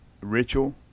ritual